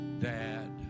dad